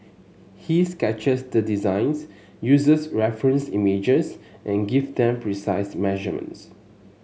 he sketches the designs uses reference images and gives them precise measurements